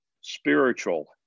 spiritual